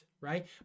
right